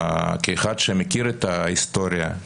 כאחד שמכיר את ההיסטוריה,